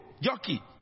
jockey